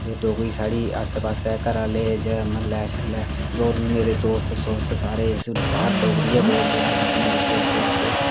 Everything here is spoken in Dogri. ते डोगरी साढ़ीआस्सै पास्सै म्हल्लै आह्ले साढ़े मेरे दोस्त सारे बाहर डोगरी गै बोलदे अस आपूं अपने बिच्चें